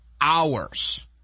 hours